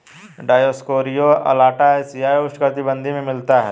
Dioscorea alata एशियाई उष्णकटिबंधीय में मिलता है